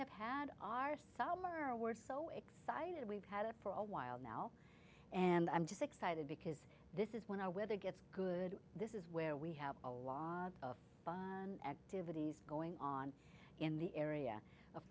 have had our summer we're so excited we've had it for a while now and i'm just excited because this is when our weather gets good this is where we have a lot of buy activities going on in the area of